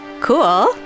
Cool